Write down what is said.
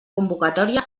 convocatòria